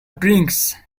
drinks